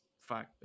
fact